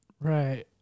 Right